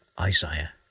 Isaiah